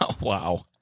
Wow